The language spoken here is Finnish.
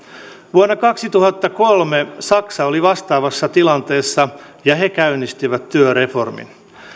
vuonna kaksituhattakolme saksa oli vastaavassa tilanteessa ja he käynnistivät työreformin